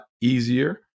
easier